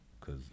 Cause